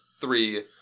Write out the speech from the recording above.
three